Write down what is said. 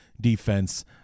defense